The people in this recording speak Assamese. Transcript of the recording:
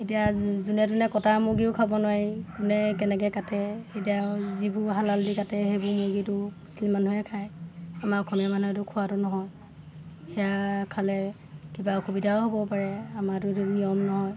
এতিয়া যোনে যোনে কটা মুৰ্গীও খাব নোৱাৰি কোনে কেনেকে কাটে এতিয়া যিবোৰ হালাল দি কাটে সেইবোৰ মুৰ্গীটো মুছলিম মানুহে খায় আমাৰ অসমীয়া মানুহেতো খোৱাতো নহয় সেয়া খালে কিবা অসুবিধাও হ'ব পাৰে আমাৰটো এইটাে নিয়ম নহয়